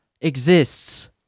exists